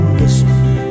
listen